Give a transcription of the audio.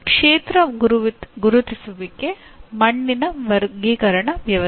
ಕ್ಷೇತ್ರ ಗುರುತಿಸುವಿಕೆ ಮಣ್ಣಿನ ವರ್ಗೀಕರಣ ವ್ಯವಸ್ಥೆ